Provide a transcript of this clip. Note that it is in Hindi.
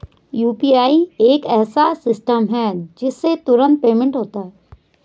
यू.पी.आई एक ऐसा सिस्टम है जिससे तुरंत पेमेंट होता है